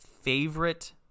favorite